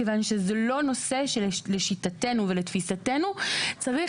מכיוון שזה לא נושא שלשיטתנו ולתפיסתנו צריך